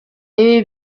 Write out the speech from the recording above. ibi